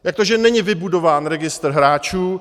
Jak to, že není vybudován registr hráčů?